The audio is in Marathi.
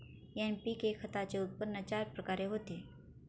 एन.पी.के खताचे उत्पन्न चार प्रकारे होते